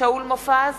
שאול מופז,